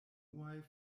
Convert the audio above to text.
unuaj